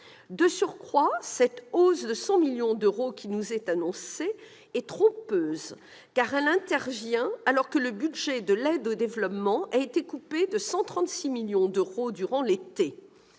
De surcroît, cette hausse de 100 millions d'euros qui nous est annoncée est trompeuse, car elle intervient alors que le budget de l'aide au développement a été coupé de 136 millions d'euros durant l'été